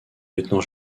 lieutenant